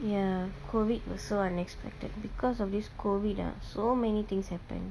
ya COVID was so unexpected because of this COVID ah so many things happened